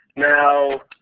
now,